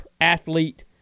athlete